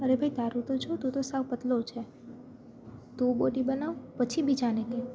અરે ભાઈ તારું તો જો તું તો સાવ પતળો છે તું બોડી બનાવ પછી બીજાને કે